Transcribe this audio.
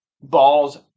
balls